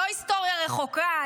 לא היסטוריה רחוקה,